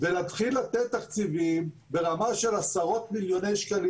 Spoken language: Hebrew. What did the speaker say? ולהתחיל לתת תקציבים ברמה של עשרות-מיליוני שקלים,